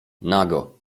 nago